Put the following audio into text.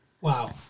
Wow